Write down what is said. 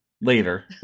Later